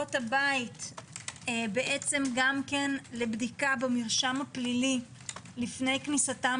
אבות הבית בעצם גם לבדיקה במרשם הפלילי לפני כניסתם